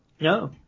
No